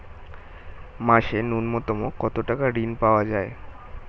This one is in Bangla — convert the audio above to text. মাসে নূন্যতম কত টাকা ঋণ পাওয়া য়ায়?